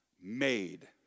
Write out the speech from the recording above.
made